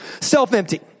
Self-empty